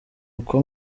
uko